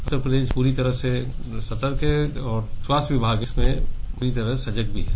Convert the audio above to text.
उत्तर प्रदेश पूरी तरह से सतर्क है और स्वास्थ्य विभाग इसमें पूरी तरह सजग भी है